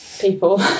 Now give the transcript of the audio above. people